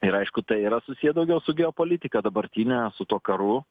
ir aišku tai yra susiję daugiau su geopolitika dabartine su tuo karu